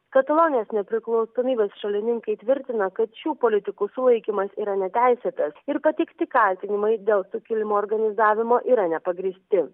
katalonijos nepriklausomybės šalininkai tvirtina kad šių politikų sulaikymas yra neteisėtas ir pateikti kaltinimai dėl sukilimo organizavimo yra nepagrįsti